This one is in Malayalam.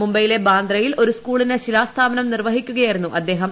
മുംബൈയിലെ ബാന്ദ്രയിൽ ഒരു സ്കൂളിന് ശിലാസ്ഥാപനം നിർവ്വഹിക്കുകയായിരുന്നു അദ്ദേഹം